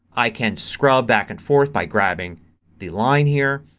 i can scrub back and forth by grabbing the line here,